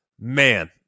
man